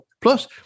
Plus